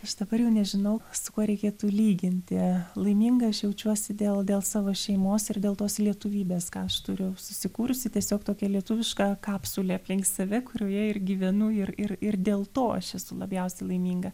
aš dabar jau nežinau su kuo reikėtų lyginti laiminga aš jaučiuosi dėl dėl savo šeimos ir dėl tos lietuvybės ką aš turiu susikūrusi tiesiog tokią lietuvišką kapsulę aplink save kurioje ir gyvenu ir ir ir dėl to aš esu labiausiai laiminga